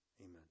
Amen